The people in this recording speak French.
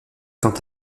quant